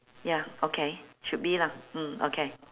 ya okay should be lah mm okay